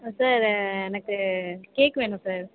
ஆ sir எனக்கு cake வேணும் sir